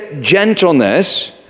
gentleness